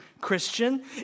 Christian